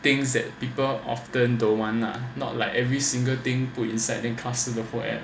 things that people often don't want lah not like every single thing put inside then custom the whole app